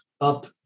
up